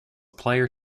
player